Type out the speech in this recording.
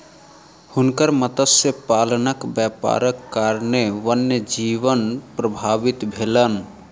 हुनकर मत्स्य पालनक व्यापारक कारणेँ वन्य जीवन प्रभावित भेलैन